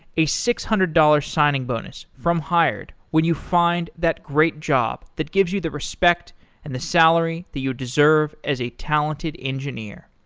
a six hundred dollars signing bonus from hired when you find that great job that gives you the respect and the salary that you deserve as a talented engineer.